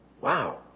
Wow